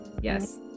Yes